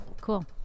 Cool